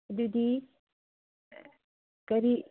ꯑꯗꯨꯗꯤ ꯀꯔꯤ